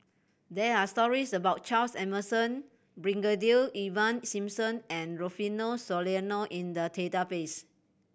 there are stories about Charles Emmerson Brigadier Ivan Simson and Rufino Soliano in the database